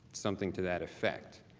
something to that effect.